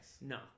No